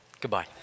Goodbye